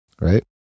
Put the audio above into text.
Right